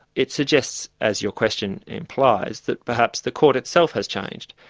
it suggests, as your question implies, that perhaps the court itself has changed,